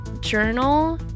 journal